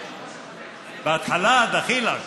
בהתחלה, דחילק.